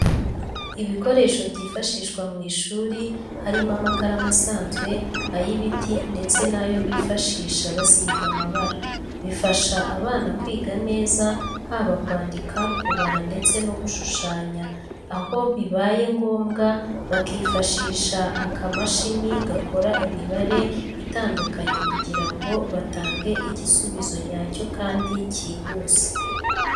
Ibikoresho byifashishwa mu ishuri harimo amakaramu asanzwe, ay'ibiti ndetse n'ayo bifashisha basiga amabara. Bifasha abana kwiga neza haba kwandika, kubara ndetse no gushushanya, aho bibaye ngombwa bakifashisha akamashini gakora imibare itandukanye kugira ngo batange igisubizo nyacyo kandi kihuse.